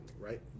right